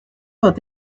vint